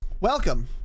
welcome